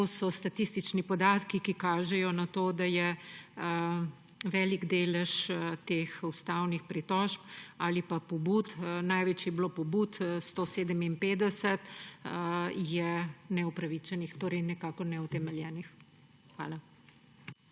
To so statistični podatki, ki kažejo na to, da je velik delež teh ustavnih pritožb ali pa pobud, največ je bilo pobud, 157 je neupravičenih, torej nekako neutemeljenih. Hvala.